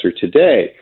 today